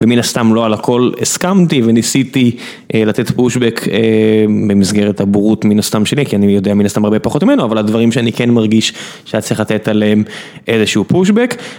ומן הסתם לא על הכל הסכמתי וניסיתי לתת פושבק במסגרת הבורות מן הסתם שלי כי אני יודע מן הסתם הרבה פחות ממנו אבל על דברים שאני כן מרגיש שהיה צריך לתת עליהם איזשהו פושבק.